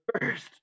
first